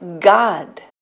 God